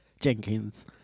Jenkins